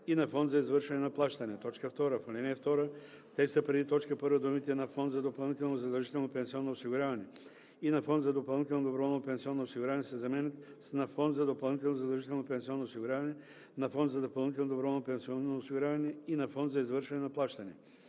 „и на фонда за извършване на плащания“. 4. В ал. 13 думите „фонд за допълнително задължително пенсионно осигуряване и на фонд за допълнително доброволно пенсионно осигуряване“ се заменят с „фонд за допълнително задължително пенсионно осигуряване, на фонд за допълнително доброволно пенсионно осигуряване и на фонд за извършване на плащания“.“